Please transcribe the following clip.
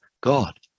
God